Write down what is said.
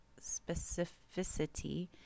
specificity